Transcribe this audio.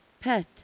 pet